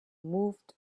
moved